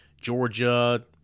Georgia